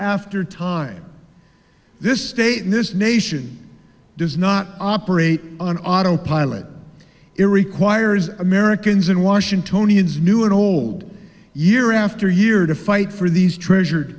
after time this state in this nation does not operate on autopilot it requires americans and washingtonians new and old year after year to fight for these treasured